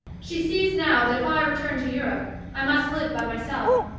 she sees now that if i return to europe i must live by myself,